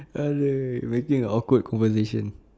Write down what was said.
making an awkward conversation